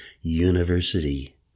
university